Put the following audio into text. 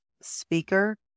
speaker